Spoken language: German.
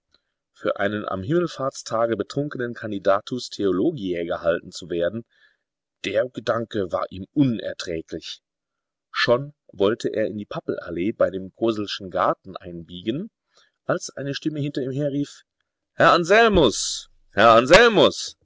für einen am himmelfahrtstage betrunkenen candidatus theologiae gehalten zu werden der gedanke war ihm unerträglich schon wollte er in die pappelallee bei dem koselschen garten einbiegen als eine stimme hinter ihm herrief herr anselmus herr anselmus